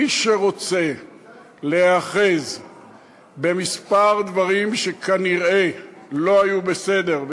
מי שרוצה להיאחז בכמה דברים שכנראה לא היו בסדר,